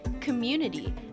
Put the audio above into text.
community